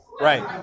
Right